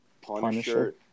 Punisher